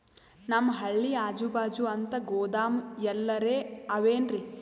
ನಮ್ ಹಳ್ಳಿ ಅಜುಬಾಜು ಅಂತ ಗೋದಾಮ ಎಲ್ಲರೆ ಅವೇನ್ರಿ?